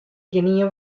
gjinien